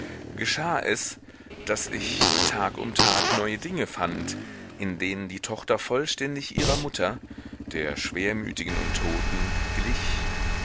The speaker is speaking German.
geschah es daß ich tag um tag neue dinge fand in denen die tochter vollständig ihrer mutter der schwermütigen und toten glich